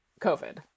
COVID